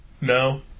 No